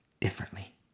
differently